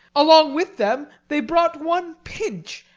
along with them they brought one pinch,